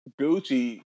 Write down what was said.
Gucci